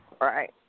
Right